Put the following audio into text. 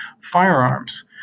firearms